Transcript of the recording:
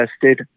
tested